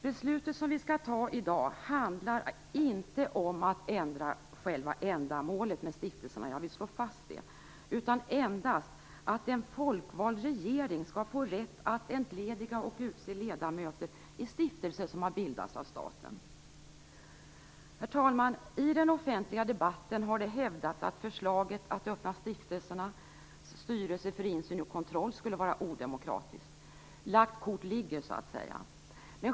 Beslutet som vi skall fatta i dag handlar inte om att ändra själva ändamålet med stiftelserna - jag vill slå fast det - utan endast om att en folkvald regering skall få rätt att entlediga och utse ledamöter i stiftelser som har bildats av staten. Herr talman! I den offentliga debatten har det hävdats att förslaget att öppna stiftelsernas styrelse för insyn och kontroll skulle vara odemokratiskt. Lagt kort ligger, så att säga.